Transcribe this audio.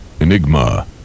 Enigma